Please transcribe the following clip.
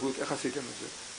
משרד הבריאות, איך עשיתם את זה?